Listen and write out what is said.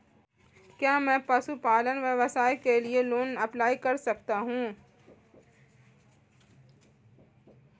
क्या मैं पशुपालन व्यवसाय के लिए लोंन अप्लाई कर सकता हूं?